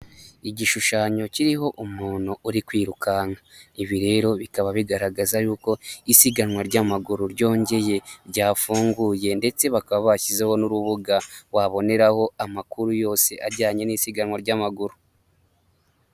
Igishushanyo kiriho umuntu uri kwirukanka ibi rero bikaba bigaragaza yuko isiganwa ry'amaguru ryongeye ryafunguye ndetse bakaba bashyizeho n'urubuga waboneraho amakuru yose ajyanye n'isiganwa ry'amaguru.